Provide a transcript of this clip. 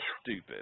stupid